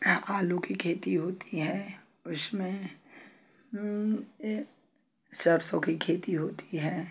हाँ आलू की खेती होती हैं उसमें सरसों की खेती होती है